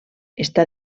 està